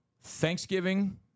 Thanksgiving